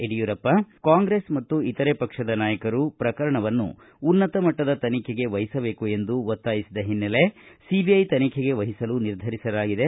ಯಡಿಯೂರಪ್ಪ ಕಾಂಗ್ರೆಸ್ ಮತ್ತು ಇತರೆ ಪಕ್ಷದ ನಾಯಕರು ಪ್ರಕರಣವನ್ನು ಉನ್ನತಮಟ್ಟದ ತನಿಖೆಗೆ ವಹಿಸಬೇಕು ಎಂದು ಒತ್ತಾಯಿಸಿದ ಹಿನ್ನೆಲೆ ಸಿಬಿಐ ತನಿಖೆಗೆ ವಹಿಸಲು ನಿರ್ಧರಿಸಲಾಗಿದೆ